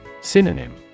Synonym